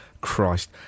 Christ